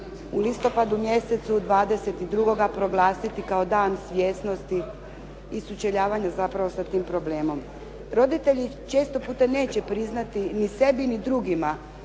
u listopadu mjesecu 22. proglasiti kao Dan svijesnosti i sučeljavanja zapravo sa tim problemom. Roditelji često puta neće priznati ni sebi ni drugima